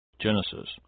Genesis